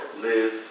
live